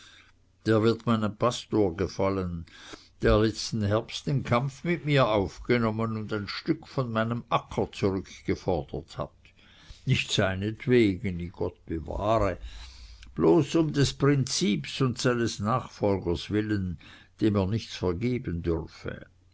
der wird meinem pastor gefallen der letzten herbst den kampf mit mir aufgenommen und ein stück von meinem acker zurückgefordert hat nicht seinetwegen i gott bewahre bloß um des prinzips und seines nachfolgers willen dem er nichts vergeben dürfe